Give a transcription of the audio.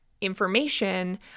information